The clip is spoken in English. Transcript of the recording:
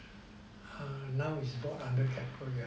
err now is bought under Keppel yeah